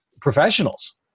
professionals